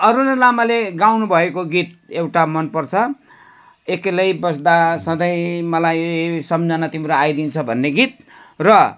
अरुणा लामाले गाउनुभएको गीत एउटा मनपर्छ एक्लै बस्दा सधैँ मलाई सम्झना तिम्रो आइदिन्छ भन्ने गीत र